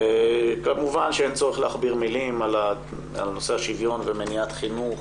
כמובן שאין צורך להכביר מילים על נושא השוויון ומניעת חינוך